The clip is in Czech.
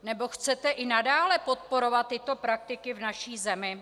Nebo chcete i nadále podporovat tyto praktiky v naší zemi?